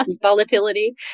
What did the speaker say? volatility